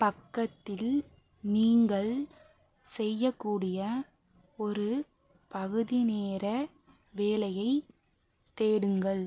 பக்கத்தில் நீங்கள் செய்யக்கூடிய ஒரு பகுதி நேர வேலையைத் தேடுங்கள்